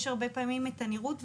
יש הרבה פעמים את הנראות.